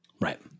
Right